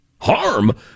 Harm